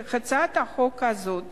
הצעת חוק זאת